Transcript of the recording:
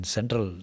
Central